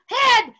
head